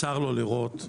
אתה לא יודע שכך זה באוצר?